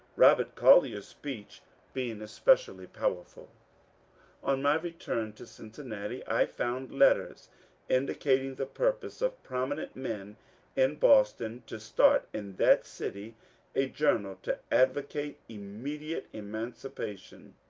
robert collyer's speech being especially powerful on my return to cincinnati, i found letters indicating the purpose of prominent men in boston to start in that city a journal to advocate immediate emancipation.